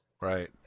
Right